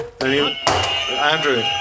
Andrew